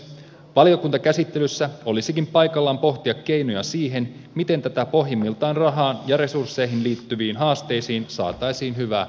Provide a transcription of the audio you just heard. valiokuntakäsittelyssä olisikin paikallaan pohtia keinoja siihen miten näihin pohjimmiltaan rahaan ja resursseihin liittyviin haasteisiin saataisiin hyvä ratkaisu